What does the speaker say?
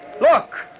Look